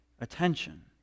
attention